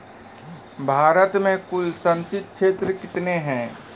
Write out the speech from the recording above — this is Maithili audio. भारत मे कुल संचित क्षेत्र कितने हैं?